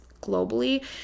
globally